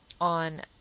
on